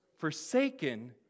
forsaken